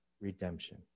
redemption